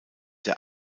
der